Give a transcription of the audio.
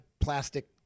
plastic